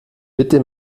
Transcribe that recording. bitte